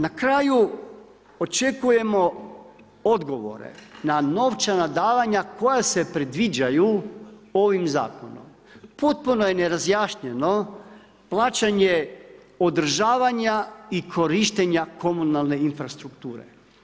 Na kraju očekujemo odgovore na novčana davanja koja se predviđaju ovim zakonom, potpuno je nerazjašnjeno plaćanje održavanja i korištenja komunalne infrastrukture.